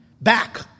back